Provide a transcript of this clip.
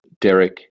Derek